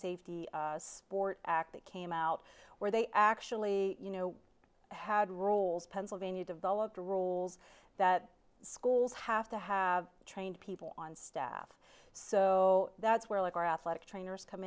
safety sport act that came out where they actually you know had rules pennsylvania developed rules that schools have to have trained people on staff so that's where like our athletic trainers come